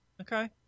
Okay